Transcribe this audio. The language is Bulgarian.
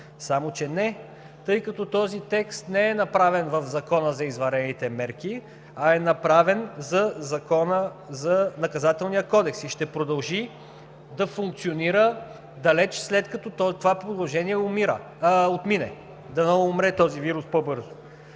само че – не, тъй като този текст не е направен в Закона за извънредните мерки, а е направен за Наказателния кодекс и ще продължи да функционира далеч, след като това положение отмине. Дано умре този вирус по-бързо!